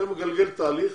זה מגלגל תהליך.